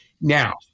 Now